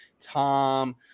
Tom